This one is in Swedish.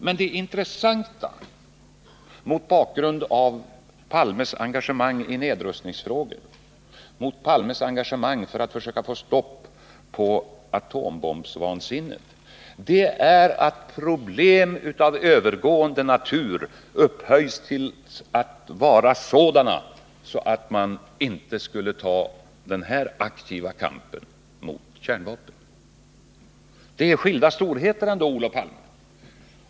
Men det intressanta, mot bakgrund av Olof Palmes engagemang i nedrustningsfrågor och hans engagemang för att försöka få stopp på atombombsvansinnet, är att problem av övergående natur anses vara så stora att han inte skulle vara beredd att ta den här aktiva kampen mot kärnvapen. Det är ändå skilda storheter, Olof Palme.